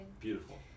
Beautiful